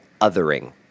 othering